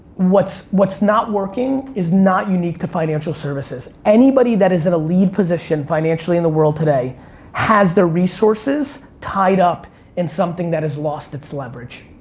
what's what's not working is not unique to financial services. anybody that is in a lead position financially in the world today has the resources tied up in something that has lost its leverage.